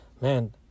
man